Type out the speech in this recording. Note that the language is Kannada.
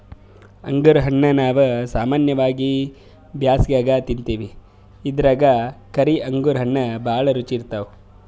ಅಂಗುರ್ ಹಣ್ಣಾ ನಾವ್ ಸಾಮಾನ್ಯವಾಗಿ ಬ್ಯಾಸ್ಗ್ಯಾಗ ತಿಂತಿವಿ ಇದ್ರಾಗ್ ಕರಿ ಅಂಗುರ್ ಹಣ್ಣ್ ಭಾಳ್ ರುಚಿ ಇರ್ತವ್